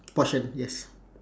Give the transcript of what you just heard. portion yes